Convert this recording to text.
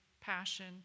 passion